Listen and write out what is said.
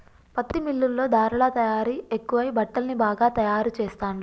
పత్తి మిల్లుల్లో ధారలా తయారీ ఎక్కువై బట్టల్ని బాగా తాయారు చెస్తాండ్లు